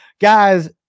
Guys